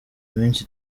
iminsi